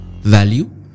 value